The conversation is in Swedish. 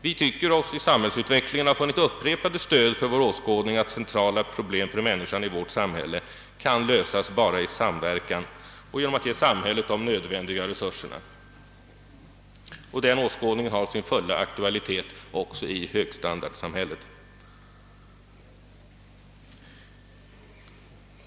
Vi tycker oss i samhällsutvecklingen ha funnit upprepade stöd för vår åskådning att centrala problem för människan i vårt samhälle kan lösas bara i samverkan och genom att ge samhället de nödvändiga resurserna. Den åskådningen har sin fulla aktualitet också i högstandardsamhället.